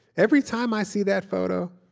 every time i see that photo,